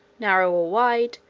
narrow or wide,